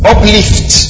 Uplift